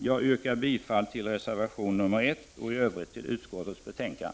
Jag yrkar bifall till reservation nr 1 och i övrigt till utskottets hemställan.